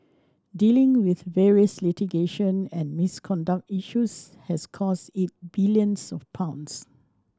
dealing with various litigation and misconduct issues has cost it billions of pounds